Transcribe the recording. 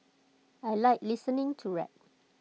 I Like listening to rap